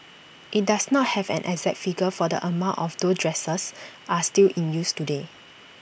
IT does not have an exact figure for the amount of those dressers are still in use today